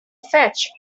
fetched